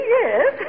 yes